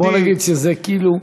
בוא נגיד שזה כאילו,